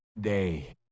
day